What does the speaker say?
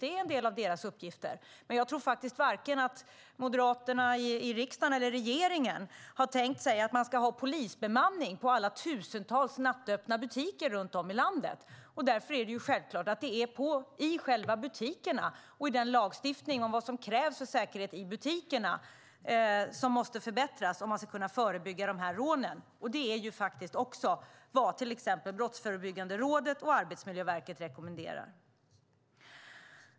Det är en del av deras uppgifter. Men jag tror att varken moderaterna i riksdagen eller regeringen har tänkt sig att man ska ha polisbemanning på alla tusentals nattöppna butiker runt om i landet. Därför är det självklart att det är i själva butikerna och i den lagstiftning som krävs för säkerhet i butikerna som det måste förbättras om man ska kunna förebygga rånen. Det är också vad till exempel Brottsförebyggande rådet och Arbetsmiljöverket rekommenderar.